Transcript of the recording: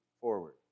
forward